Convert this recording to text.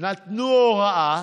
נתנו הוראה